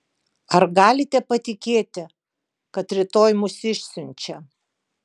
ar galite patikėti kad rytoj mus išsiunčia